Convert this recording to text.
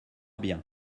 bien